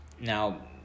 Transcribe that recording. Now